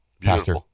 Pastor